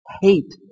hate